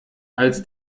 als